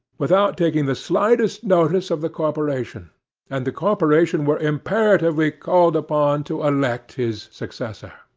without taking the slightest notice of the corporation and the corporation were imperatively called upon to elect his successor.